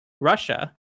Russia